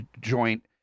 joint